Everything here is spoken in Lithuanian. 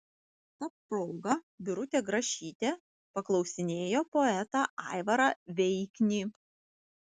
ta proga birutė grašytė paklausinėjo poetą aivarą veiknį